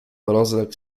rozległ